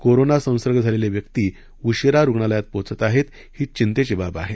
corona संसर्ग झालेल्या व्यक्ती उशिरा रुग्णालयांत पोहचत आहेत ही चिंतेची बाब आहे